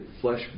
flesh